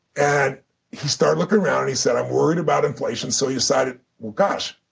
and he started looking around, and he said, i'm worried about inflation. so he decided well gosh,